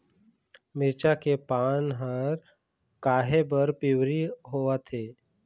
मिरचा के पान हर काहे बर पिवरी होवथे?